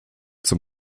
zum